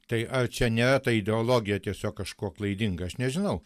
tai ar čia nėra ta ideologija tiesiog kažko klaidinga aš nežinau